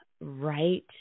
right